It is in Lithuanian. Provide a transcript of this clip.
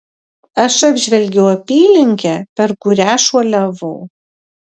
aš apžvelgiau apylinkę per kurią šuoliavau